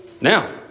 Now